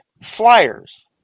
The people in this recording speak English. flyers